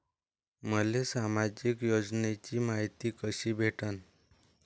मले सामाजिक योजनेची मायती कशी भेटन?